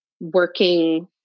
working